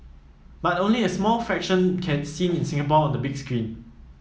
but only a small fraction get seen in Singapore on the big screen